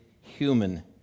human